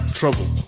trouble